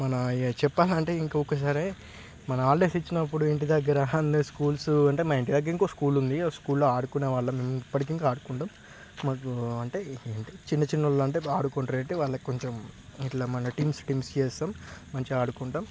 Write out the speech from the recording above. మన ఇక చెప్పాలంటే ఇంకొకసారి మన హాలిడేస్ ఇచ్చినప్పుడు ఇంటి దగ్గర అన్ని స్కూల్స్ అంటే మా ఇంటి దగ్గర ఇంకో స్కూల్ ఉంది ఆ స్కూల్లో ఆడుకునే వాళ్ళము ఇప్పటికి ఇంకా ఆడుకుంటాము మాకు అంటే ఏంటి చిన్న చిన్నోళ్ళు అంటే ఆడుకుంటారు వాళ్ళ కొంచెం ఇట్లా మన టీమ్స్ టీమ్స్ చేస్తాము మంచిగా ఆడుకుంటాము